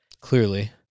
Clearly